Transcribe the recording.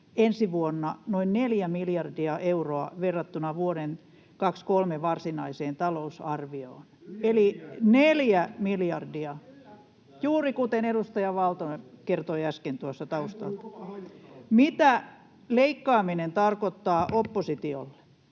ensi vuonna noin neljä miljardia euroa verrattuna vuoden 23 varsinaiseen talousarvioon, eli neljä miljardia, juuri kuten edustaja Valtonen kertoi äsken tuossa taustaa. [Aki Lindén: Hän puhui koko